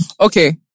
Okay